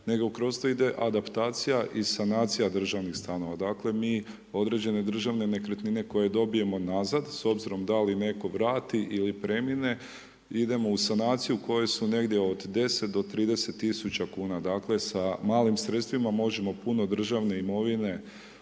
nego kroz to ide adaptacija i sanacija državnih stanova. Dakle, mi određene državne nekretnine koje dobijemo nazad s obzirom da li netko vrati ili premine idemo u sanaciju koje su negdje od 10 do 30.000,00 kn, dakle, sa malim sredstvima možemo puno državne imovine